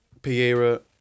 Piera